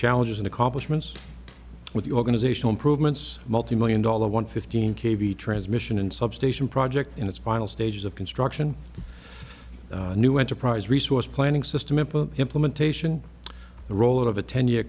challenges and accomplishments with the organizational improvements multimillion dollar one fifteen k v transmission and substation project in its final stages of construction a new enterprise resource planning system into implementation the rollout of a ten year